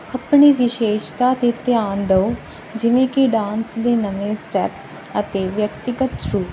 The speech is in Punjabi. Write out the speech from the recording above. ਆਪਣੀ ਵਿਸ਼ੇਸ਼ਤਾ 'ਤੇ ਧਿਆਨ ਦਿਓ ਜਿਵੇਂ ਕਿ ਡਾਂਸ ਦੇ ਨਵੇਂ ਸਟੈਪ ਅਤੇ ਵਿਅਕਤੀਗਤ ਰੂਪ